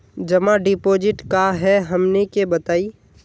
जमा डिपोजिट का हे हमनी के बताई?